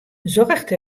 zorgt